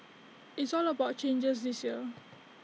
it's all about changes this year